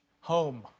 home